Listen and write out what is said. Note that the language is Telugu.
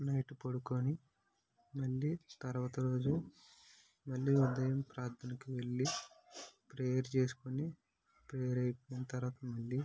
నైట్ పడుకొని మళ్ళీ తరువాత రోజు మళ్ళీ ఉదయం ప్రార్థనకి వెళ్లి ప్రేయర్ చేసుకుని ప్రేయర్ అయిపోయిన తరువాత మళ్ళీ